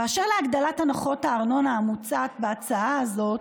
אשר להגדלת הנחות הארנונה המוצעת בהצעה הזאת,